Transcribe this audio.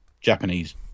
Japanese